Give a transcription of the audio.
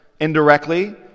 indirectly